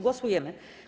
Głosujemy.